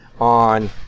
On